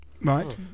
Right